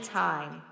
time